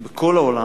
מחקרית, בכל העולם